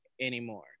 anymore